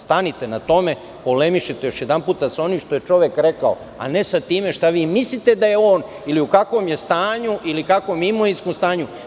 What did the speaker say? Stanite na tome, polemišite još jedanput sa onim što je čovek rekao, a ne sa time šta vi mislite da je on ili u kakvom je stanju ili u kakvom je imovinskom stanju.